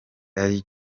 ari